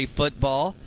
football